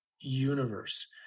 universe